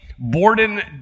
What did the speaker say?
Borden